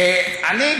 אני,